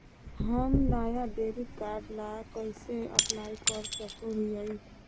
हम नया debit card ला कइसे अप्लाई कर सको हियै?